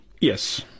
Yes